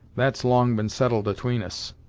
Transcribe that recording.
that's long been settled atween us.